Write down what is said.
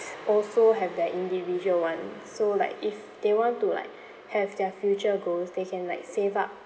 also have their individual one so like if they want to like have their future goals they can like save up